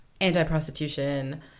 anti-prostitution